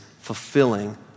fulfilling